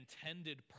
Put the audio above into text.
intended